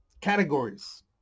categories